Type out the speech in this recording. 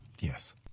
Yes